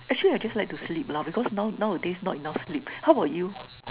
actually I just like to sleep lah because now nowadays not enough sleep how about you